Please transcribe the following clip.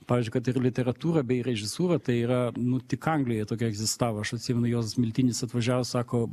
pavyzdžiui kad ir literatūra bei režisūra tai yra nu tik anglijoj tokia egzistavo aš atsimenu juozas miltinis atvažiavo sako